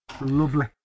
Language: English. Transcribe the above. Lovely